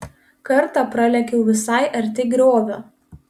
kartą pralėkiau visai arti griovio